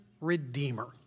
redeemer